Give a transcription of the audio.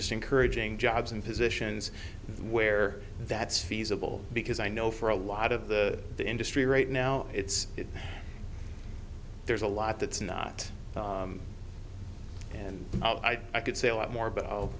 just encouraging jobs and positions where that's feasible because i know for a lot of the industry right now it's there's a lot that's not and i could say a lot more but i'll